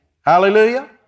Hallelujah